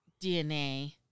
DNA